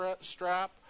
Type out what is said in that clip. strap